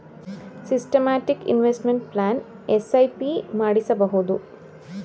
systematic investment plan SIP ಮಾಡಿಸಬಹುದು